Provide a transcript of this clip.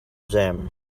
them